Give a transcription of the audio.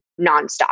nonstop